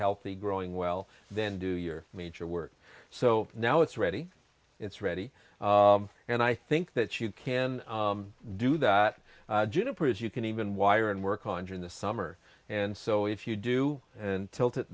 healthy growing well then do your major work so now it's ready it's ready and i think that you can do that juniper as you can even wire and work on during the summer and so if you do and tilt it